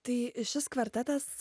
tai šis kvartetas